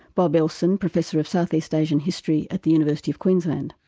bob elson, professor of south east asian history at the university of queensland.